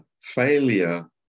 failure